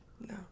No